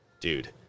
dude